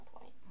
point